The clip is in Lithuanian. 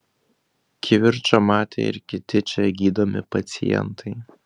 kivirčą matė ir kiti čia gydomi pacientai